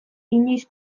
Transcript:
inoiz